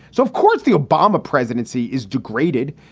so of course, the obama presidency is degraded.